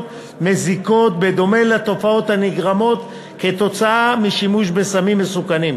מזיקות בדומה לתופעות הנגרמות משימוש בסמים מסוכנים.